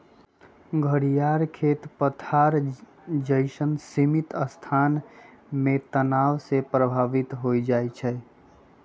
घरियार खेत पथार जइसन्न सीमित स्थान में तनाव से प्रभावित हो जाइ छइ